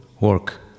work